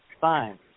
fine